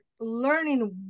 learning